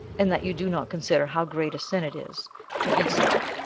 and that you do not consider how great a sin it is to be so,